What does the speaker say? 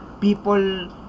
People